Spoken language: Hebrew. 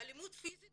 אלימות פיזית